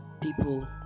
people